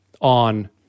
on